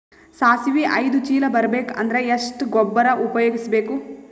ಸಾಸಿವಿ ಐದು ಚೀಲ ಬರುಬೇಕ ಅಂದ್ರ ಎಷ್ಟ ಗೊಬ್ಬರ ಉಪಯೋಗಿಸಿ ಬೇಕು?